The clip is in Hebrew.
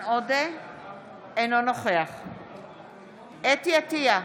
אינו נוכח חוה אתי עטייה,